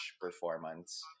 performance